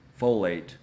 folate